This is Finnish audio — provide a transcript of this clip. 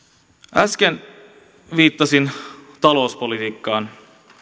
äsken viittasin talouspolitiikkaan